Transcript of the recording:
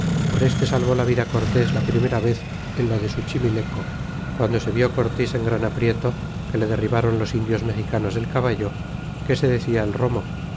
por este salvó la vida cortés la primera vez en lo de suchimileco guando se vió cortés en gran aprieto que le derribaron los indios mexicanos del caballo que se decia el romo